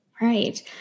right